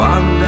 One